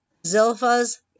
Zilpha's